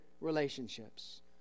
Relationships